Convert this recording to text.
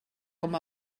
com